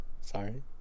sorry